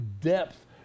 depth